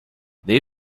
they